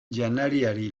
janariari